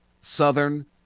Southern